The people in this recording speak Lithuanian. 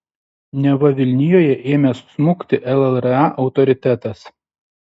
neva vilnijoje ėmęs smukti llra autoritetas